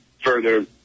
further